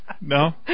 No